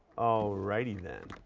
righty then.